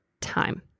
time